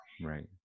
right